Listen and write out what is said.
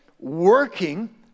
working